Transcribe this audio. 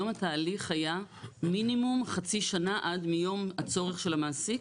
היום התהליך היה מינימום חצי שנה מיום הצורך של המעסיק